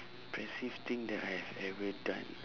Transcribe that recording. impressive thing that I've ever done